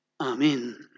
Amen